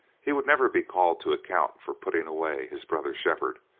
he would never be called to account for putting away his brother shepherd,